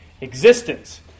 existence